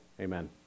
amen